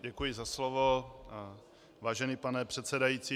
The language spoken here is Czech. Děkuji za slovo, vážený pane předsedající.